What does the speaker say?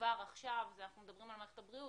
כבר עכשיו אנחנו מדברים על מערכת הבריאות,